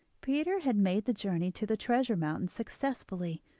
peter had made the journey to the treasure mountain successfully,